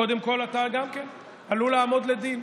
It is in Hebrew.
קודם כול אתה גם כן עלול לעמוד לדין